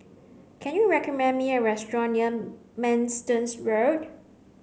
can you recommend me a restaurant near Manston Road